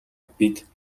бид